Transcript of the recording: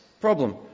problem